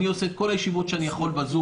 אני עושה את כל הישיבות שאני יכול בזום